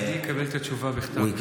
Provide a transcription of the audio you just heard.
אתה רוצה לשאול?